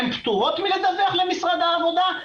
הן פטורות מלדווח למשרד העבודה?